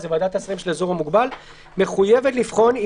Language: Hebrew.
מחויבת לבחון,